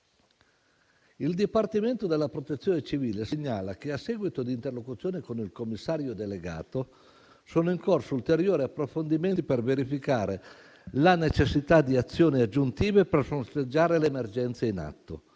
Il Dipartimento della protezione civile segnala che, a seguito di interlocuzione con il commissario delegato, sono in corso ulteriori approfondimenti per verificare la necessità di azioni aggiuntive per fronteggiare l'emergenza in atto.